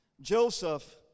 Joseph